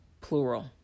plural